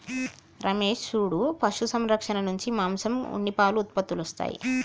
రమేష్ సూడు పశు సంరక్షణ నుంచి మాంసం ఉన్ని పాలు ఉత్పత్తులొస్తాయి